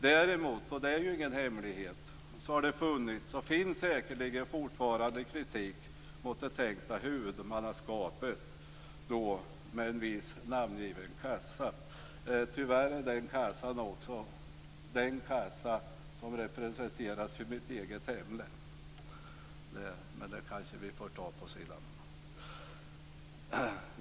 Däremot, och det är ju ingen hemlighet, har det funnits, och finns säkerligen fortfarande, kritik mot det tänkta huvudmannaskapet hos en viss namngiven kassa. Tyvärr är det också den kassa som representeras i mitt eget hemlän. Men det får vi kanske ta på sidan om.